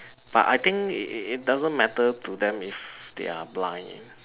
but I think it it doesn't matter to them if they are blind